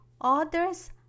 others